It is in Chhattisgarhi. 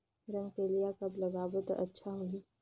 रमकेलिया कब लगाबो ता अच्छा होही?